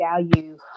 value